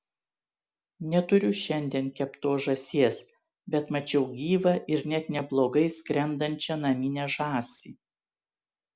neturiu šiandien keptos žąsies bet mačiau gyvą ir net neblogai skrendančią naminę žąsį